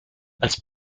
als